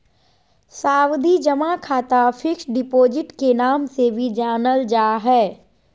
सावधि जमा खाता फिक्स्ड डिपॉजिट के नाम से भी जानल जा हय